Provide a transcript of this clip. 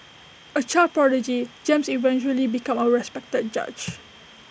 A child prodigy James eventually become A respected judge